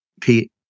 Pete